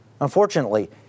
Unfortunately